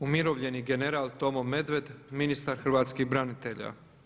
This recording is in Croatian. Umirovljeni general Tomo Medved, ministar hrvatskih branitelja.